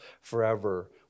forever